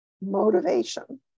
motivation